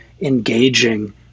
engaging